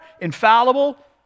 infallible